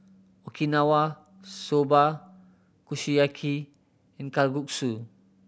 Okinawa Soba Kushiyaki and Kalguksu